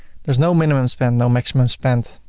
there's no minimum spend, no maximum spend.